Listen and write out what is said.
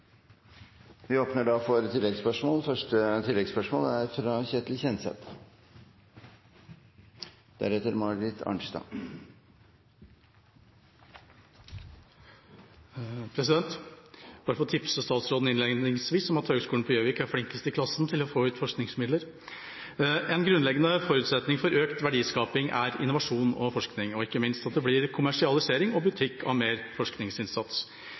Ketil Kjenseth. Jeg vil innledningsvis bare tipse statsråden om at Høgskolen i Gjøvik er flinkest i klassen til å få ut forskningsmidler. En grunnleggende forutsetning for økt verdiskaping er innovasjon og forskning og ikke minst at det blir kommersialisering og butikk av mer forskningsinnsats.